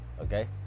okay